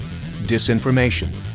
Disinformation